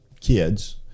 kids